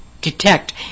detect